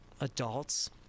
adults